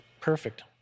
Perfect